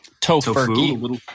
tofu